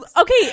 okay